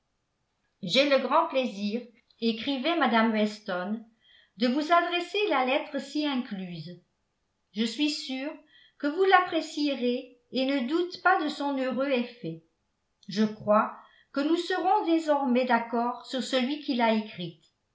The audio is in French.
j'ai le grand plaisir écrivait mme weston de vous adresser la lettre ci incluse je suis sûre que vous l'apprécierez et ne doute pas de son heureux effet je crois que nous serons désormais d'accord sur celui qui l'a écrite